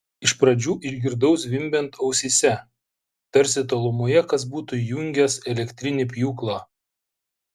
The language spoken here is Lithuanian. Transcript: iš pradžių išgirdau zvimbiant ausyse tarsi tolumoje kas būtų įjungęs elektrinį pjūklą